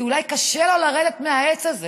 כי אולי קשה לו לרדת מהעץ הזה,